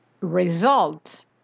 results